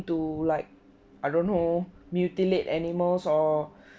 to like I don't know mutilate animals or